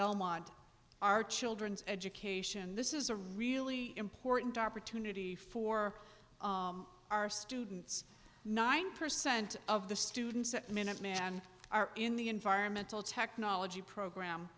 belmont our children's education this is a really important opportunity for our students nine percent of the students that minuteman are in the environmental technology program